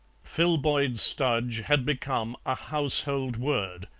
filboid studge had become a household word,